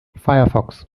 firefox